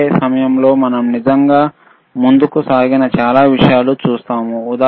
అదే సమయంలో మనం నిజంగా ముందుకు సాగిన చాలా విషయాలు చూస్తాము